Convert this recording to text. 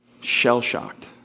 shell-shocked